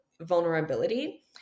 vulnerability